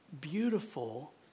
beautiful